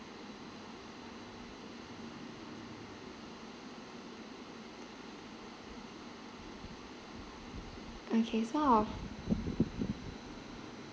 okay so our